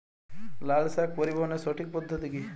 লালশাক পরিবহনের সঠিক পদ্ধতি কি?